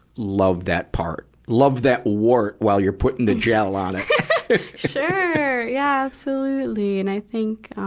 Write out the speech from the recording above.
love that part, love that wart while you're putting the gel on it. sure. yeah, absolutely. and i think, um,